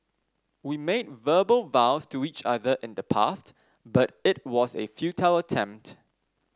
we made verbal vows to each other in the past but it was a futile attempt